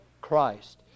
Christ